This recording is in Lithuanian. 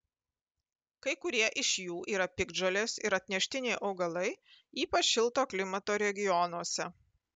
kai kurie iš jų yra piktžolės ir atneštiniai augalai ypač šilto klimato regionuose